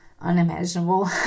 unimaginable